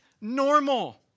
normal